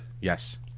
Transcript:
yes